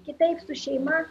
kitaip su šeima